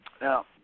now